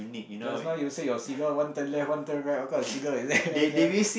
just now you say your seagull one turn left one turn right what kind of seagull is that sia